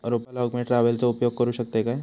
रोपा लाऊक मी ट्रावेलचो उपयोग करू शकतय काय?